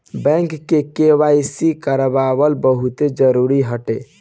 bank KYC करावल बहुते जरुरी हटे